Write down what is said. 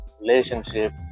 relationship